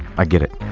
i get it.